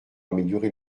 améliorer